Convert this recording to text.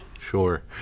Sure